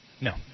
No